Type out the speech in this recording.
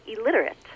illiterate